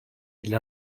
для